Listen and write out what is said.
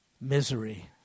Misery